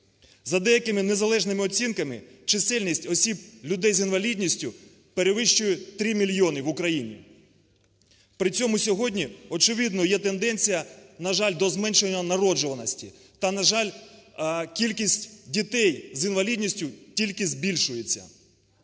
За деякими незалежними оцінками чисельність осіб, людей з інвалідністю перевищує три мільйони в Україні. При цьому сьогодні очевидною є тенденція, на жаль, до зменшування народжуваності, та, на жаль, кількість дітей з інвалідністю тільки збільшується.